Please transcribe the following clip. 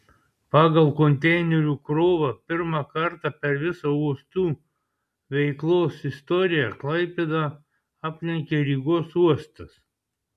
pagal konteinerių krovą pirmą kartą per visa uostų veiklos istoriją klaipėdą aplenkė rygos uostas